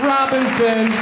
Robinson